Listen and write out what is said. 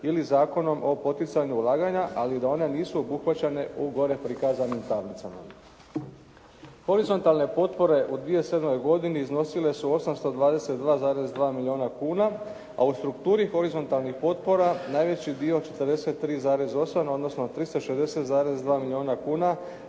ili Zakonom o poticanju ulaganja ali da one nisu obuhvaćene u gore prikazanim tablicama. Horizontalne potpore u 2007. godini iznosile su 822, 2 milijuna kuna a u strukturi horizontalnih potpora najveći dio 43,8 odnosno 360,2 milijuna kuna